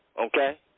Okay